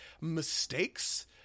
mistakes